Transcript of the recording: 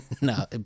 No